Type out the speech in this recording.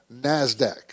NASDAQ